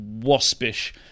waspish